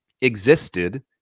existed